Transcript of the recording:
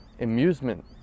amusement